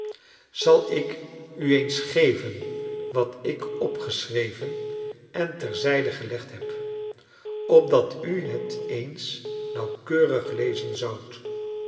zal ik u eens geven wat ik opgeschreven en terzijde gelegd heb opdat u het eens nauwkeurig lezen zoudt